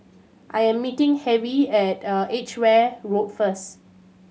I am meeting Harvey at Edgware Road first